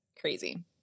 crazy